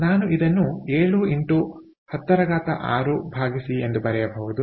ಆದ್ದರಿಂದ ನಾನು ಇದನ್ನು 7x 106 ಭಾಗಿಸಿ ಎಂದು ಬರೆಯಬಹುದು